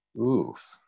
Oof